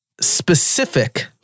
specific